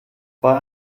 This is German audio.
bei